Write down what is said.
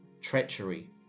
treachery